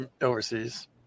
Overseas